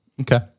Okay